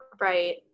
Right